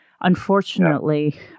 unfortunately